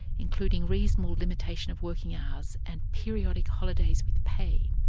including reasonable limitation of working hours and periodic holidays with pay.